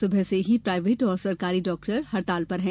सुबह से ही प्राइवेट और सरकारी डॉक्टर हड़ताल पर हैं